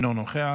אינו נוכח,